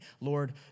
Lord